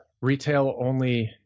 retail-only